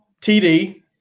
TD